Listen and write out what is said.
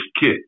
kit